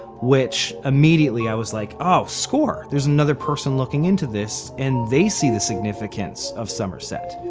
which immediately i was like oh score! there's another person looking into this, and they see the significant of somerset.